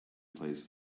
plays